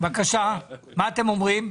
מה אתם אומרים?